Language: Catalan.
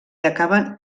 acaben